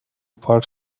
پارک